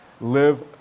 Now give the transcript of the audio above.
live